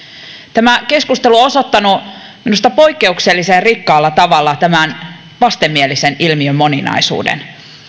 tämä keskustelu on osoittanut minusta poikkeuksellisen rikkaalla tavalla tämän vastenmielisen ilmiön moninaisuuden